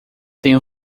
tenho